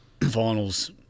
finals